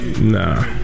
Nah